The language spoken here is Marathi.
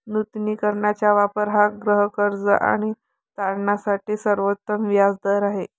नूतनीकरणाचा वापर हा गृहकर्ज आणि तारणासाठी सर्वोत्तम व्याज दर आहे